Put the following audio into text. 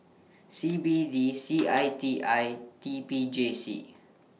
C B D C I T I T P J C